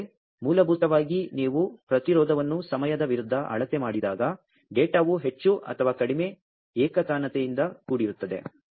ಏಕೆಂದರೆ ಮೂಲಭೂತವಾಗಿ ನೀವು ಪ್ರತಿರೋಧವನ್ನು ಸಮಯದ ವಿರುದ್ಧ ಅಳತೆ ಮಾಡಿದಾಗ ಡೇಟಾವು ಹೆಚ್ಚು ಅಥವಾ ಕಡಿಮೆ ಏಕತಾನತೆಯಿಂದ ಕೂಡಿರುತ್ತದೆ